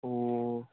ꯑꯣ